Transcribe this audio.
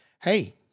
hey